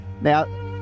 Now